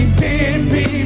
baby